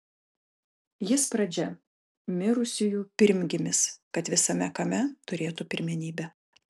jis pradžia mirusiųjų pirmgimis kad visame kame turėtų pirmenybę